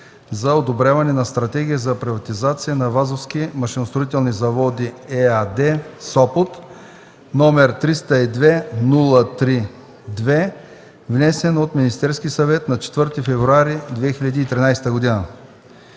за одобряване на Стратегия за приватизация на „Вазовски машиностроителни заводи” ЕАД – Сопот, № 302-03 2, внесен от Министерския съвет на 4 февруари 2013 г.